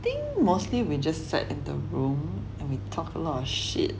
think mostly we just sat in the room and we talk a lot shit